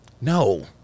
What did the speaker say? No